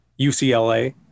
UCLA